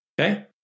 Okay